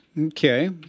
Okay